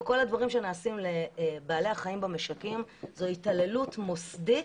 וכל הדברים שנעשים לבעלי החיים במשקים זו היא התעללות מוסדית,